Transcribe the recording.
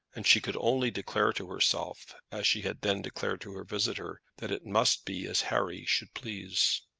and she could only declare to herself as she had then declared to her visitor, that it must be as harry should please.